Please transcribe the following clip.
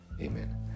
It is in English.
Amen